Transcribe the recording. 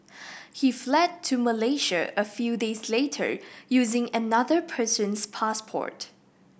he fled to Malaysia a few days later using another person's passport